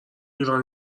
ایران